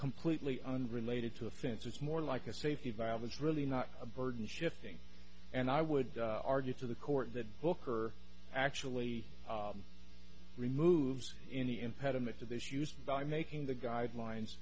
completely unrelated to a fence it's more like a safety valve is really not a burden shifting and i would argue to the court that booker actually removes any impediment to this used by making the guidelines